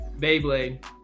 Beyblade